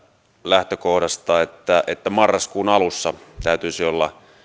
lähtökohdasta että että marraskuun alussa täytyisi olla